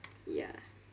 ya